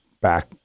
back